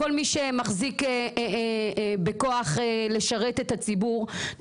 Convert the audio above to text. כל מי שמחזיק בכוח לשרת את הציבור,